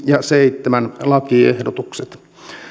ja seitsemäs lakiehdotukset